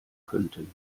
könnten